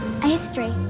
history.